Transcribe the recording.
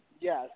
Yes